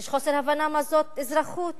יש חוסר הבנה מה זאת אזרחות,